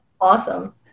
awesome